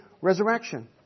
resurrection